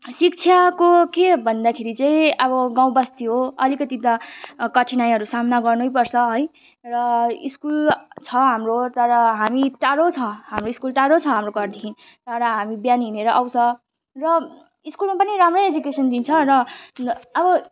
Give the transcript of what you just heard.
शिक्षाको के भन्दाखेरि चाहिँ अब गाउँबस्ती हो अलिकति त कठिनाईहरू सामना गर्नैपर्छ है र स्कुल छ हाम्रो तर हामी टाढो छ हाम्रो स्कुल टाढो छ हाम्रो घरदेखि तर हामी बिहान हिँडेर आउँछ र स्कुलमा पनि राम्रै एजुकेसन दिन्छ र अब